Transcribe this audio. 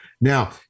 Now